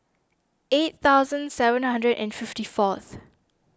eight thousand seven hundred and fifty forth